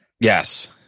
Yes